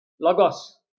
Logos